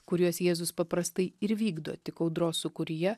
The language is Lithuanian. kuriuos jėzus paprastai ir vykdo tik audros sūkuryje